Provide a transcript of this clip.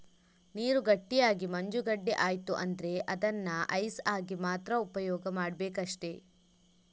ನೀರು ಗಟ್ಟಿಯಾಗಿ ಮಂಜುಗಡ್ಡೆ ಆಯ್ತು ಅಂದ್ರೆ ಅದನ್ನ ಐಸ್ ಆಗಿ ಮಾತ್ರ ಉಪಯೋಗ ಮಾಡ್ಬೇಕಷ್ಟೆ